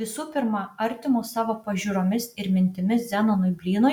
visų pirma artimo savo pažiūromis ir mintimis zenonui blynui